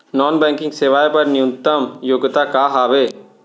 Non banking सेवाएं बर न्यूनतम योग्यता का हावे?